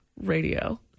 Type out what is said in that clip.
radio